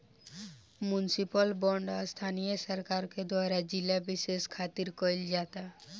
municipal bond स्थानीय सरकार के द्वारा जिला बिशेष खातिर कईल जाता